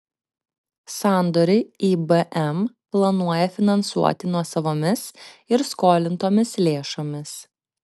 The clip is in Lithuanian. sandorį ibm planuoja finansuoti nuosavomis ir skolintomis lėšomis